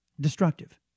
destructive